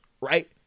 Right